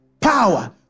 power